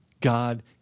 God